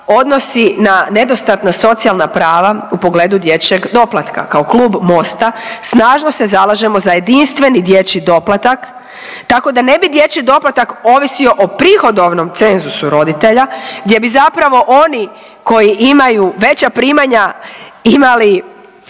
odnosi na nedostatna socijalna prava u pogledu dječjeg doplatka. Kao Klub Mosta snažno se zalažemo za jedinstveni dječji doplatak, tako da ne bi dječji doplatak ovisio o prihodovnom cenzusu roditelja gdje bi zapravo oni koji imaju veća primanja imali